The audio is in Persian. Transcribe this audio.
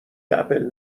اپل